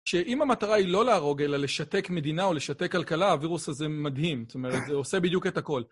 שאם המטרה היא לא להרוג, אלא לשתק מדינה או לשתק כלכלה, הווירוס הזה מדהים, זאת אומרת, זה עושה בדיוק את הכל.